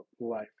life